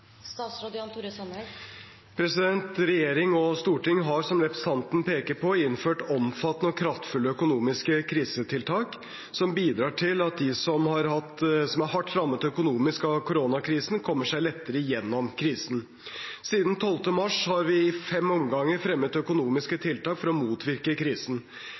Regjering og storting har som representanten peker på, innført omfattende og kraftfulle økonomiske krisetiltak, som bidrar til at de som er hardt rammet økonomisk av koronakrisen, kommer seg lettere gjennom krisen. Siden 12. mars har vi i fem omganger fremmet økonomiske tiltak for å motvirke krisen.